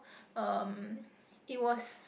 um it was